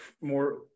more